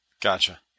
Gotcha